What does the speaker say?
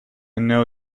know